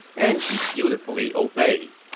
and she dutifully obeyed.